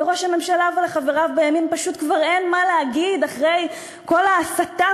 לראש הממשלה ולחבריו בימין פשוט כבר אין מה להגיד אחרי כל ההסתה